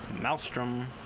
Maelstrom